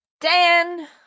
Dan